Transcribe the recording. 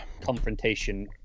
confrontation